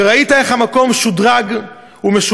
וראית איך המקום שודרג ושופץ.